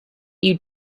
you